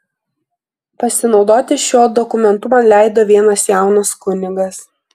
pasinaudoti šiuo dokumentu man leido vienas jaunas kunigas